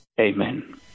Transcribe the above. Amen